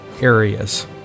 areas